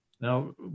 Now